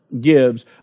gives